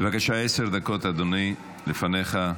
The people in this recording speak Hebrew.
בבקשה, עשר דקות אדוני לפניך.